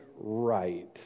right